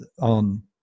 on